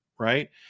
right